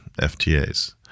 FTAs